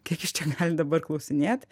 kiek jis čia gali dabar klausinėt